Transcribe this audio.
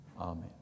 Amen